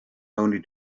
only